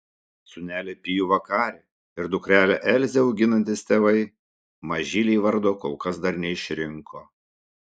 sūnelį pijų vakarį ir dukrelę elzę auginantys tėvai mažylei vardo kol kas dar neišrinko